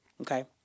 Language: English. okay